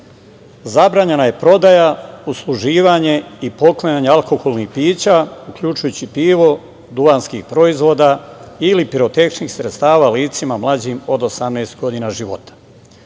zabranjena je prodaja, usluživanje i poklanjanje alkoholnih pića uključujući pivo, duvanski proizvodi ili pirotehničkih sredstava licima mlađim od 18 godina života.U